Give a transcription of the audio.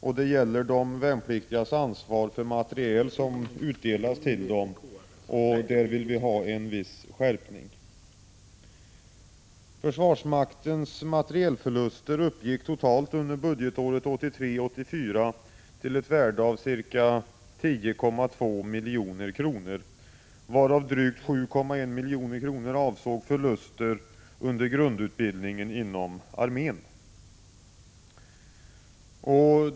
Det gäller de värnpliktigas ansvar för materiel som har utdelats till dem, där vi vill ha en viss skärpning av bestämmelserna. Försvarsmaktens materielförluster uppgick under budgetåret 1983/84 till ett totalt värde av ca 10,2 milj.kr., varav drygt 7,1 milj.kr. avsåg förluster under grundutbildningen inom armén.